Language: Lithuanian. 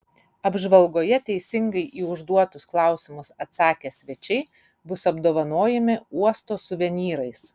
apžvalgoje teisingai į užduotus klausimus atsakę svečiai bus apdovanojami uosto suvenyrais